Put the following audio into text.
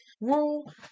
rule